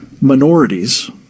minorities